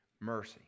mercy